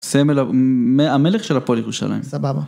סמל, המלך של הפועל ירושלים. סבבה.